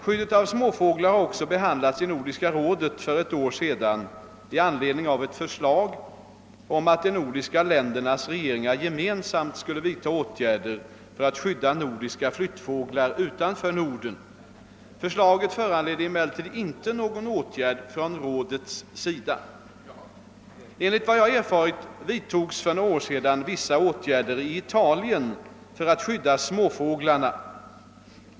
Skyddet av småfåglar har också behandlats i Nordiska rådet för ett år sedan i anledning av ett förslag om att de nordiska ländernas regeringar gemensamt skulle vidta åtgärder för att skydda nordiska flyttfåglar utanför Norden. Förslaget föranledde emellertid inte någon åtgärd från rådets sida. Enligt vad jag erfarit vidtogs för något år sedan vissa åtgärder i Italien för att skydda småfåglarna.